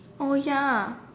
oh ya